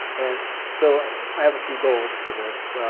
and so i i have a few goals for this.